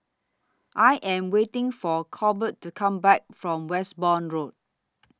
I Am waiting For Colbert to Come Back from Westbourne Road